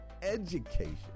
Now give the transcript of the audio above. education